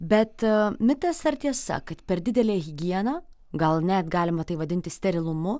bet mitas ar tiesa kad per didelė higiena gal net galima tai vadinti sterilumu